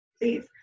please